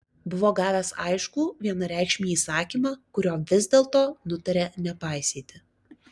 buvo gavęs aiškų vienareikšmį įsakymą kurio vis dėlto nutarė nepaisyti